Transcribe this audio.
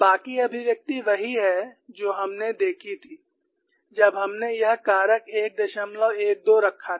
बाकी अभिव्यक्ति वही है जो हमने देखी थी जब हमने यह कारक 112 रखा था